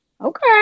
okay